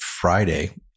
Friday